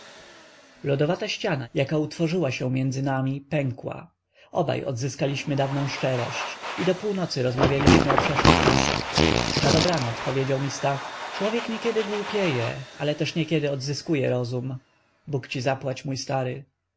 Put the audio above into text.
małej lodowata ściana jaka utworzyła się między nami pękła obaj odzyskaliśmy dawną szczerość i do północy rozmawialiśmy o przeszłych czasach na dobranoc powiedział mi stach człowiek niekiedy głupieje ale też niekiedy odzyskuje rozum bóg ci zapłać mój stary